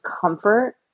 comfort